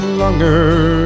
longer